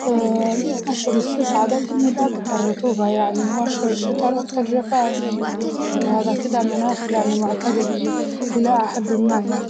أشهر الصيف عادةً هي الأكتر رطوبة يعني وأشهر الشتا الأكتر جفاف، وهدا كدة مناخ يعني معتدل إلى حدٍ ما يعني.